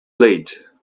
late